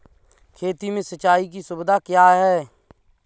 खेती में सिंचाई की सुविधा क्या है?